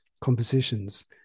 compositions